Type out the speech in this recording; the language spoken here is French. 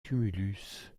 tumulus